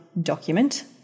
document